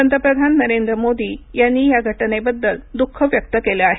पंतप्रधान नरेंद्र मोदी यांनी या घटनेबद्दल दुःख व्यक्त केलं आहे